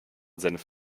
senf